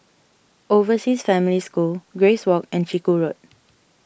Overseas Family School Grace Walk and Chiku Road